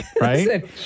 right